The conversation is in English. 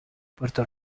puerto